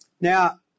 Now